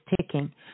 ticking